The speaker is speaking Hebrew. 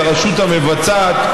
כרשות המבצעת,